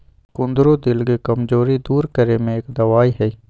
कुंदरू दिल के कमजोरी दूर करे में एक दवाई हई